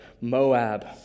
Moab